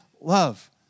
love